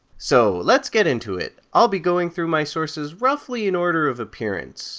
so lets get into it. i'll be going through my sources roughly in order of appearance